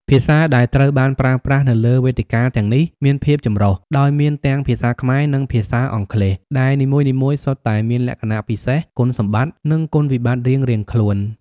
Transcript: ភាសាដែលត្រូវបានប្រើប្រាស់នៅលើវេទិកាទាំងនេះមានភាពចម្រុះ ដោយមានទាំងភាសាខ្មែរ និងភាសាអង់គ្លេស ដែលនីមួយៗសុទ្ធតែមានលក្ខណៈពិសេស គុណសម្បត្តិ និងគុណវិបត្តិរៀងៗខ្លួន។